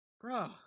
Bro